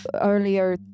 earlier